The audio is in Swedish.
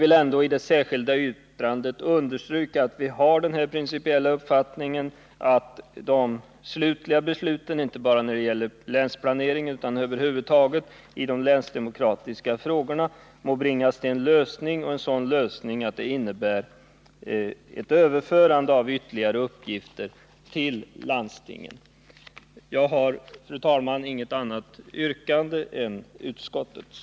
Vi har ändå i det särskilda yttrandet velat understryka att vi har den principiella uppfattningen att det slutgiltiga beslutet om länsplaneringen bör läggas hos landstinget liksom att man i arbetet med de länsdemokratiska frågorna över huvud taget bör komma fram till en lösning som innebär ett överförande av ytterligare uppgifter till landstingen. Jag har, fru talman, inget annat yrkande än utskottets.